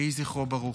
יהי זכרו ברוך.